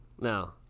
No